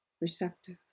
receptive